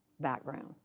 background